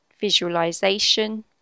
Visualization